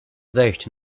zejść